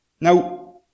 Now